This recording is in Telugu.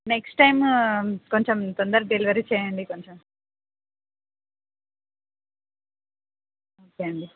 నెక్స్ట్ టైం కొంచెం తొందరగా డెలివరీ చేయండి కొంచెం ఓకే అండి